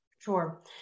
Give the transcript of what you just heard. Sure